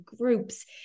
groups